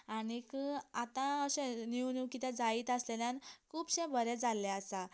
आनीक आतां अशें न्यू न्यू कितें जायत आसलेल्यान खुबशें बरें जाल्ले आसा